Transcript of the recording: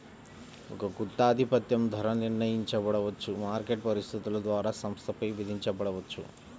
ఒక గుత్తాధిపత్యం ధర నిర్ణయించబడవచ్చు, మార్కెట్ పరిస్థితుల ద్వారా సంస్థపై విధించబడవచ్చు